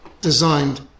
designed